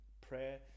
Prayer